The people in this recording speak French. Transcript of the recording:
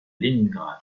léningrad